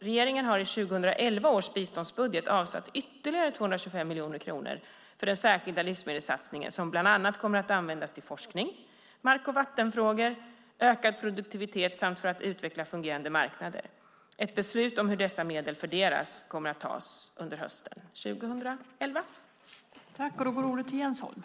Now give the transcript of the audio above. Regeringen har i 2011 års biståndsbudget avsatt ytterligare 225 miljoner kronor för den särskilda livsmedelssatsningen som bland annat kommer att användas till forskning, mark och vattenfrågor, ökad produktivitet samt för att utveckla fungerande marknader. Ett beslut om hur dessa medel fördelas kommer att fattas under hösten 2011.